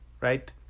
right